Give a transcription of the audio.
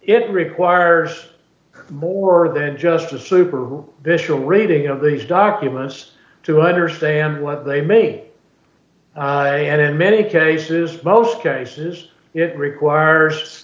it requires more than just a super visual reading of these documents to understand what they may and in many cases most cases it requires